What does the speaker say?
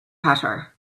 hatter